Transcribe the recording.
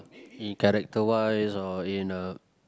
in character wise or in uh